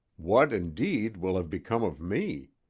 what, indeed, will have become of me?